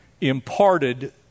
imparted